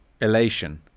elation